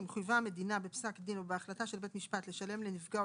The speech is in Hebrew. אם חויבה המדינה בפסק דין או בהחלטה של בית משפט לשלם לנפגע או